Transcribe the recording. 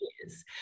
years